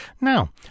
Now